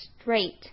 straight